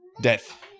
death